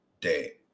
day